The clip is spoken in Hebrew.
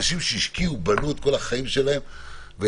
התש"ף-